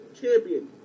champion